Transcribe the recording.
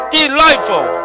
delightful